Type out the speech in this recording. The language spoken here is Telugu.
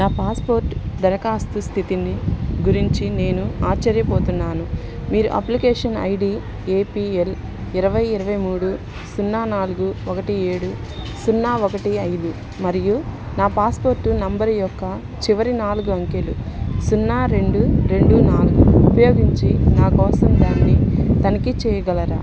నా పాస్పోర్ట్ దరఖాస్తు స్థితిని గురించి నేను ఆశ్చర్యపోతున్నాను మీరు అప్లికేషన్ ఐడి ఏపిఎల్ ఇరవై ఇరవై మూడు సున్నా నాలుగు ఒకటి ఏడు సున్నా ఒకటి ఐదు మరియు నా పాస్పోర్ట్ నంబర్ యొక్క చివరి నాలుగు అంకెలు సున్నా రెండు రెండు నాలుగు ఉపయోగించి నా కోసం దాన్ని తనిఖీ చెయ్యగలరా